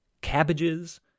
cabbages